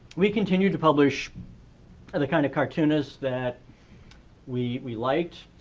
we continue to publish and the kind of cartoonist that we we liked,